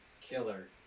killer